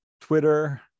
Twitter